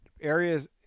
Areas